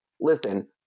listen